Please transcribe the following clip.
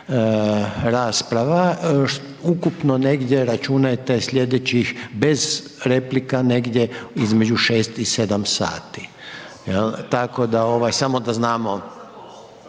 rasprava, ukupno negdje računajte slijedećih, bez replika, negdje između 6 i 7 sati. Tako da ovaj samo da znamo,